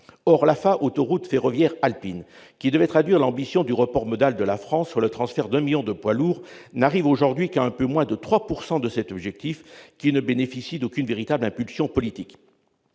Or l'AFA, l'autoroute ferroviaire alpine, qui devait traduire l'ambition du report modal de la France, soit le transfert de un million de poids lourds, ne permet d'atteindre aujourd'hui qu'un peu moins de 3 % de cet objectif, qui ne bénéficie d'aucune véritable impulsion politique.